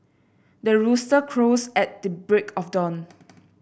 the rooster crows at the break of dawn